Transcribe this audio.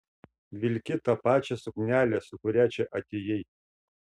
vilki tą pačią suknelę su kuria čia atėjai